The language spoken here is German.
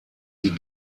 die